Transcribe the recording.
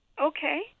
Okay